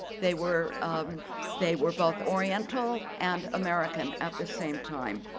they were um they were both oriental and american at the same time.